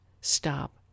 stop